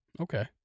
Okay